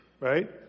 right